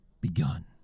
begun